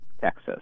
Texas